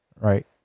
Right